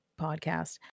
podcast